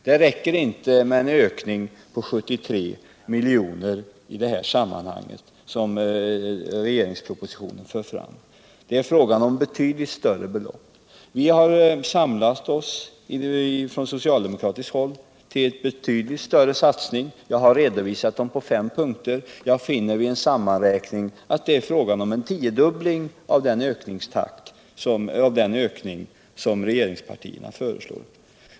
Det räcker inte med en anslagsökning på 73 milj.kr. i sammanhanget, vilket föreslås i propositionen. Inom socialdemokratin går vi in för en betydligt större satsning, som jag har redovisat i fem punkter. Vid en sammanräkning finner jag att det är fråga om en tiodubbling av den anslagshöjning som regeringspartierna föreslår.